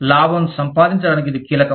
లాభం సంపాదించడానికి ఇది కీలకం